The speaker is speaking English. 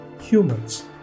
humans